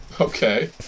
okay